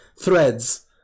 threads